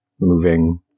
moving